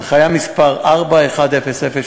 הנחיה מס' 4.1003,